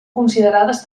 considerades